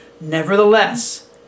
Nevertheless